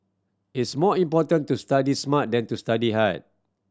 it's more important to study smart than to study hard